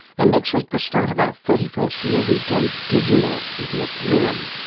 and next week, the start of our thirty first year, we go dismal with nick gruen.